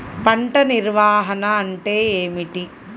పంట నిర్వాహణ అంటే ఏమిటి?